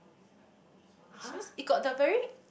!huh!